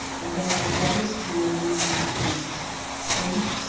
against the jealous cruelty of maximin since,